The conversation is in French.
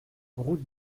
route